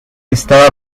estaba